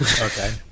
Okay